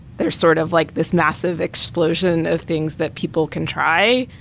there's sort of like this massive explosion of things that people can try,